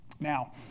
Now